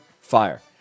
fire